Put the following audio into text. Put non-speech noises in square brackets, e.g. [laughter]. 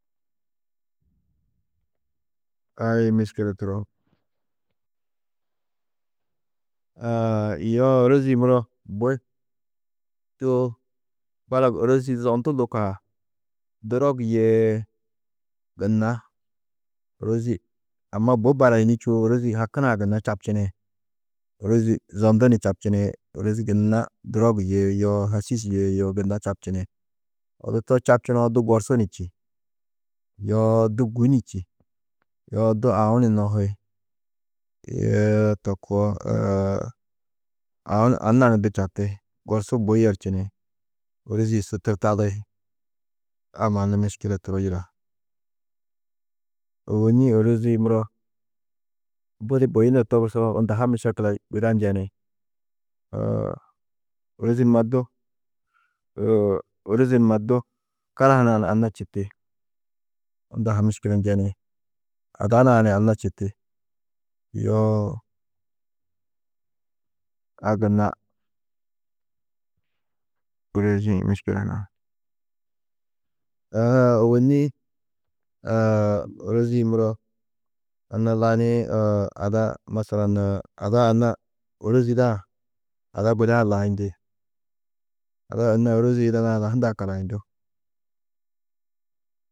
Ai miškile turo, [hesitation] yoo ôrozi-ĩ muro bui du balak ôrozi-ĩ zondu lôko ha, durog yê gunna ôrozi amma bui barayinî čûwo, ôrozi hakunã gunna čabčini, ôrozi zondu ni čabčini, ôrozi gunna durog yê yoo hašîš yê yoo gunna čabčini. Odu to čabčunoo du gorsu ni čî, yoo du gûi ni čî, yoo du aũ ni nohi, yee to koo [hesitation] aũ, anna ni du čati, gorsu bui yerčini, ôrozi-ĩ su turtadi, a mannu miškile turo yida. Ôwonni ôrozi-ĩ muro budi buyunno togusoo, unda ha mišekila guda njeni, [hesitation] ôrozi numa du [hesitation] ôrozi du [unintelligible] anna čîki, unda ha miškile njeni, ada nuã ni anna čiti, yoo a gunna ôrozi-ĩ miškile hunã, aa ôwonni [hesitation] ôrozi-ĩ muro unda laniĩ [hesitation] ada masalan ada anna ôrozida-ã ada guda-ã layindi, ada anna ôrozi yidadã, ada hundã karayundú